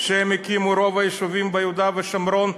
שהוא הקים את רוב היישובים ביהודה ושומרון,